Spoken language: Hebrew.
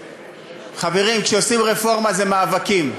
חברים, כשעושים רפורמה זה מאבקים,